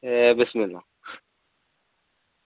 एह् बिस्मिल्ला